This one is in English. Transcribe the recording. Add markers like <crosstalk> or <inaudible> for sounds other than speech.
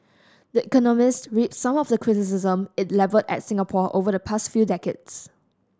the Economist <unintelligible> some of the criticism it levelled at Singapore over the past few decades